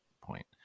point